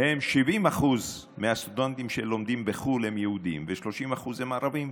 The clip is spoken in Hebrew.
הם ש-70% מהסטודנטים שלומדים בחו"ל הם יהודים ו-30% הם ערבים.